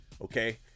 okay